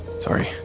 sorry